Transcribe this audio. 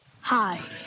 Hi